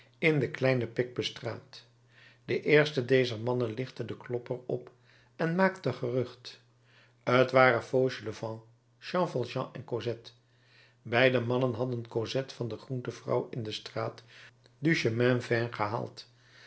in de kleine picpus straat de eerste dezer mannen lichtte den klopper op en maakte gerucht t waren fauchelevent jean valjean en cosette beide mannen hadden cosette van de groentevrouw in de straat du chemin vert gehaald